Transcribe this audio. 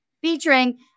featuring